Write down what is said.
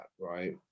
right